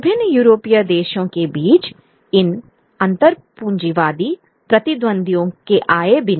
विभिन्न यूरोपीय देशों के बीच इन अंतर पूंजीवादी प्रतिद्वंद्वियों के आए बिना